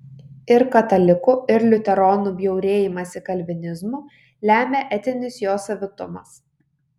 ir katalikų ir liuteronų bjaurėjimąsi kalvinizmu lemia etinis jo savitumas